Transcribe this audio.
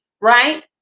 right